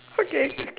okay